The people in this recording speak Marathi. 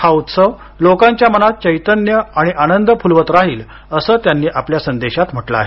हा उत्सव लोकांच्या मनात चैतन्य आणि आनंद फुलवत राहील असं त्यांनी आपल्या संदेशात म्हटलं आहे